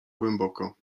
głęboko